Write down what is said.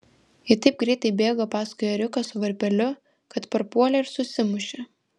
ji taip greitai bėgo paskui ėriuką su varpeliu kad parpuolė ir susimušė